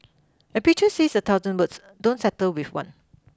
a pictures says a thousand words don't settle with one